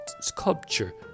sculpture